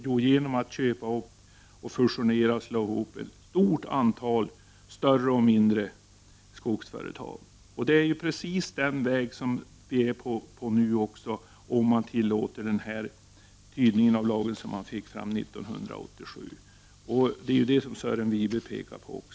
Jo, genom att köpa upp, fusionera och slå ihop ett stort antal större och mindre skogsföretag. Det är precis den väg vi är inne på nu, om man tillåter den tolkning av lagen som kom till 1987. Det är också det Sören Wibe pekar på.